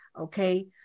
okay